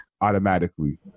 automatically